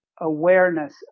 awareness